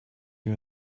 you